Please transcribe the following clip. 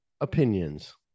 opinions